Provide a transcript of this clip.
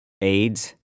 AIDS